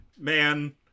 Man